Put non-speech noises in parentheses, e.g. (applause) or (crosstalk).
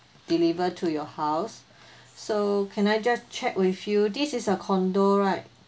deliver to your house (breath) so can I just check with you this is a condo right